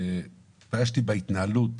התביישתי בהתנהלות.